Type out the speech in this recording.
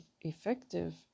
effective